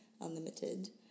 unlimited